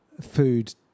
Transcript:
Food